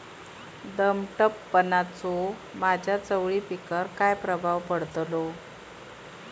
दमटपणाचा माझ्या चवळी पिकावर काय प्रभाव पडतलो?